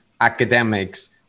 academics